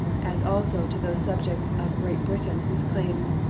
as also to those subjects of great britain whose claims,